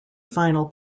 final